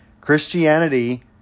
Christianity